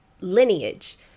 lineage